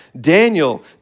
Daniel